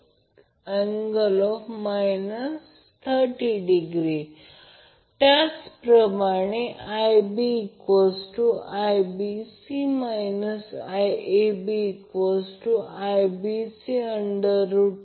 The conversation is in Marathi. तर IAB ICA प्रत्यक्षात VabVca आहे हे त्यांच्या IAB फेज करंटच्या प्रमाणात आहे आणि ICA ही लाईन व्होल्टेज VabVca मध्ये एक समान गोष्ट आहे